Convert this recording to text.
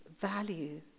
value